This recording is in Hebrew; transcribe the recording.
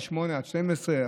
מ-08:00 עד 12:00,